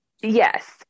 Yes